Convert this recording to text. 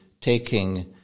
taking